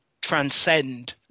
transcend